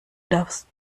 darfst